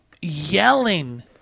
yelling